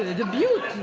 the beauty.